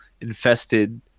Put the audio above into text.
infested